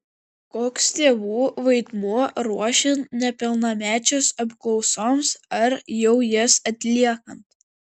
koks tėvų vaidmuo ruošiant nepilnamečius apklausoms ar jau jas atliekant